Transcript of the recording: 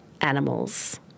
animals